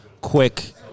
quick